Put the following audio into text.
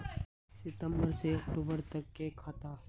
सितम्बर से अक्टूबर तक के खाता?